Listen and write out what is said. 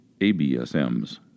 ABSMs